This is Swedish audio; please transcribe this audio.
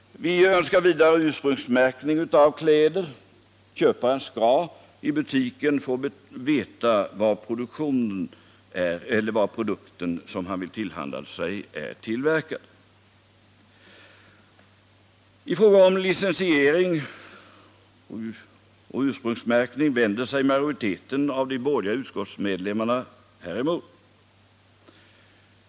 Vi önskar vidare ursprungsmärkning av kläder. Köparen skall i butiken få veta var den produkt han vill tillhandla sig är tillverkad. Mot licensiering och ursprungsmärkning vänder sig majoriteten av de borgerliga utskottsledamöterna.